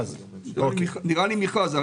נראה לי מכרז.